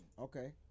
Okay